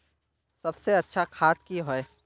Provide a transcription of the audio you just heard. सबसे अच्छा खाद की होय?